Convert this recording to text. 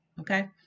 Okay